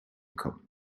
kommen